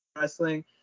Wrestling